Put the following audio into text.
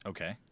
Okay